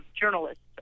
journalists